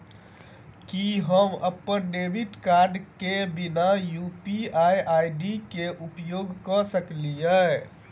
की हम अप्पन debit card केँ बिना यु.पी.आई केँ उपयोग करऽ सकलिये?